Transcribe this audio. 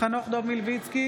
חנוך דב מלביצקי,